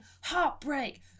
Heartbreak